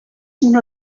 una